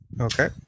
Okay